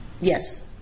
Yes